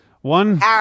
One